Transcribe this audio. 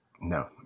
No